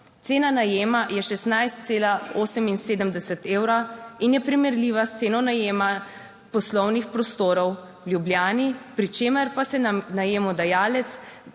Cena najema je 16,78 evra in je primerljiva s ceno najema poslovnih prostorov v Ljubljani, pri čemer pa se nam najemodajalec